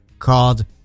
called